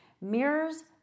mirrors